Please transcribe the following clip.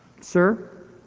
sir